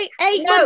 eight